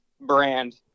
brand